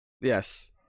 Yes